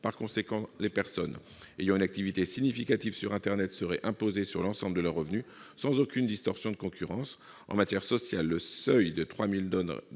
Par conséquent, les personnes ayant une activité significative sur Internet seraient imposées sur l'ensemble de leurs revenus, sans aucune distorsion de concurrence. En matière sociale, le seuil de 3 000 euros